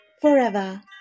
forever